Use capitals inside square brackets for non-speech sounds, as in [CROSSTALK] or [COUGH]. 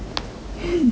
[NOISE]